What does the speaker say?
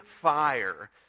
fire